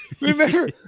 Remember